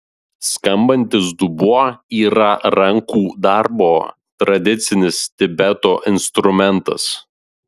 skambantis dubuo yra rankų darbo tradicinis tibeto instrumentas